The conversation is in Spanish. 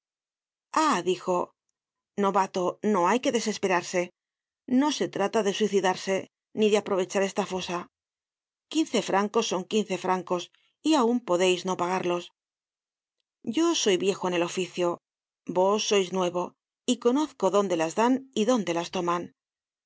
ah dijo novato no hay que desesperarse no se trata de suicidarse ni de aprovechar esta fosa quince francos son quince francos y aun podeis no pagarlos yo soy viejo en el oficio vos sois nuevo y conozco dónde las dan y dónde las toman